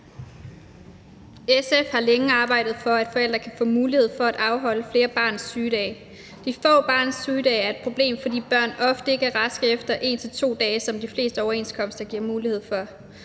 SF har længe arbejdet for, at forældre kan få mulighed for at afholde flere af barnets sygedage. De få barns sygedage er et problem, fordi børn ofte ikke er raske efter 1-2 dage, som de fleste overenskomster giver mulighed for.